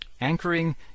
Anchoring